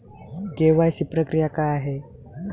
KYC प्रक्रिया काय आहे?